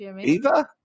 Eva